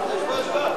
נרשמתי.